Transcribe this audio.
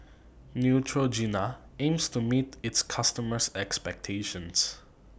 Neutrogena aims to meet its customers' expectations